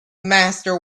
master